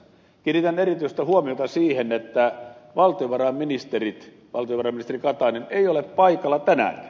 kiinnitän erityistä huomiota siihen että valtiovarainministeri katainen ei ole paikalla tänäänkään